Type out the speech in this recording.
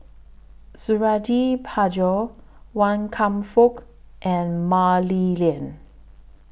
Suradi Parjo Wan Kam Fook and Mah Li Lian